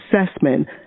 assessment